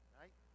right